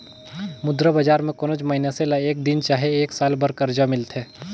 मुद्रा बजार में कोनोच मइनसे ल एक दिन चहे एक साल बर करजा मिलथे